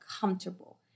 comfortable